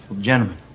Gentlemen